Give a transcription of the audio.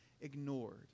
ignored